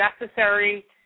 necessary